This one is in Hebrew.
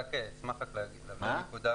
אשמח להתייחס.